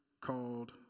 called